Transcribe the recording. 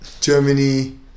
Germany